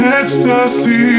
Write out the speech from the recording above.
ecstasy